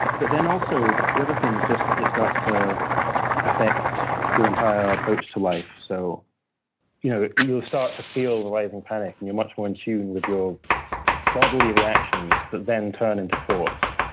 but then also, the other thing is just it starts to affect your entire approach to life. so you know you will start to feel the rising panic, and you're much more in tune with your bodily reactions that then turn into thoughts.